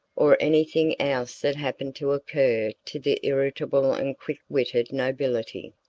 or anything else that happened to occur to the irritable and quick-witted nobility.